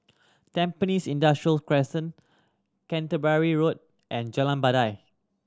Tampines Industrial Crescent Canterbury Road and Jalan Batai